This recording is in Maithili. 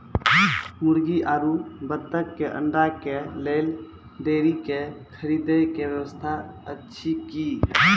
मुर्गी आरु बत्तक के अंडा के लेल डेयरी के खरीदे के व्यवस्था अछि कि?